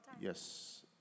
Yes